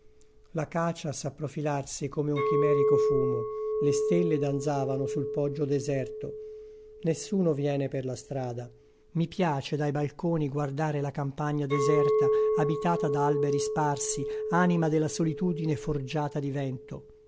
l'acacia sa profilarsi come un chimerico fumo le stelle danzavano sul poggio deserto nessuno viene per la strada i piace dai balconi guardare la campagna deserta abitata da alberi sparsi anima della solitudine forgiata di vento